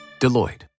Deloitte